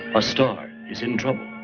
a star is in trouble.